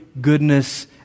goodness